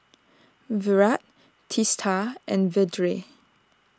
Virat Teesta and Vedre